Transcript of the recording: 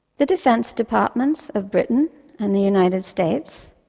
the defence departments of britain and the united states,